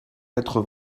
quatre